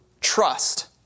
trust